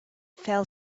fell